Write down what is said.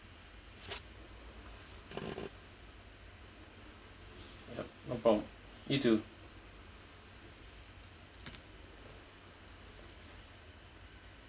no problem you too